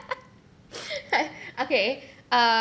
okay uh